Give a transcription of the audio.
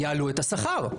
יעלו את השכר.